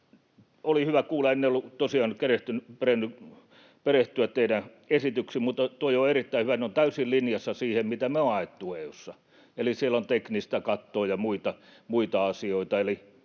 Oli hyvä kuulla, en ollut tosiaan kerennyt perehtyä teidän esitykseenne, mutta tuo on erittäin hyvä. Ne ovat täysin linjassa siihen, mitä me ollaan haettu EU:ssa. Eli siellä on teknistä kattoa ja muita asioita,